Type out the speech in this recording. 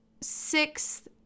sixth